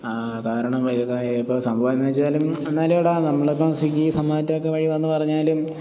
കാരണം ഇപ്പം സംഭവം എന്താണെന്ന് വച്ചാലും എന്നാലും എടാ നമ്മളിപ്പം സ്വിഗ്ഗി സൊമാറ്റോ ഒക്കെ വഴി വന്നു പറഞ്ഞാലും